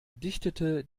dichtete